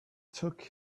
took